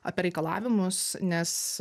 apie reikalavimus nes